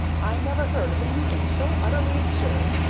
i never heard of anything so utterly absurd.